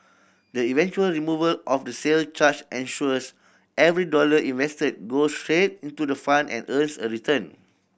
the eventual removal of the sale charge ensures every dollar invested goes straight into the fund and earns a return